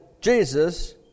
Jesus